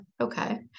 Okay